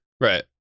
right